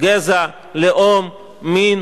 גזע, לאום, מין.